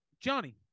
Johnny